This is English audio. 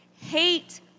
Hate